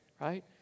right